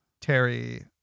Terry